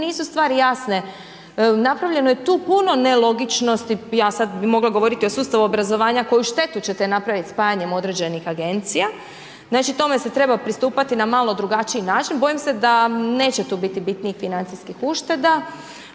nisu stvari jasne, napravljeno je tu puno nelogičnosti, ja sad bi mogla govoriti o sustavu obrazovanja, koju štetu ćete napraviti spajanjem određenih agencija, znači, tome se treba pristupati na malo drugačiji način, bojim se da neće tu biti bitnijih financijskih ušteda,